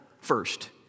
First